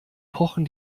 pochen